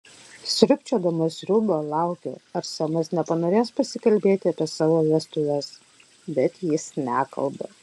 sriubčiodama sriubą laukiu ar semas nepanorės pasikalbėti apie savo vestuves bet jis nekalba